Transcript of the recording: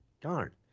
darn